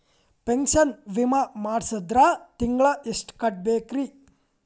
Pension ವಿಮಾ ಮಾಡ್ಸಿದ್ರ ತಿಂಗಳ ಎಷ್ಟು ಕಟ್ಬೇಕ್ರಿ?